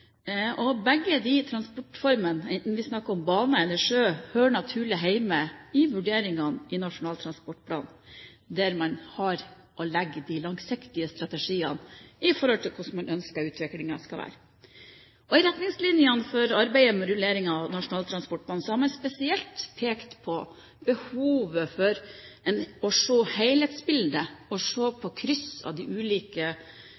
sted. Begge de transportformene – enten vi snakker om bane eller sjø – hører naturlig hjemme i vurderingene i Nasjonal transportplan, der man har og legger de langsiktige strategiene i forhold til hvordan man ønsker at utviklingen skal være. I retningslinjene for arbeidet med rulleringen av Nasjonal transportplan har man spesielt pekt på behovet for å se helhetsbildet, se på kryss av de ulike transportformene og